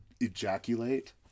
ejaculate